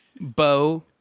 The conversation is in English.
Bo